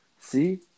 See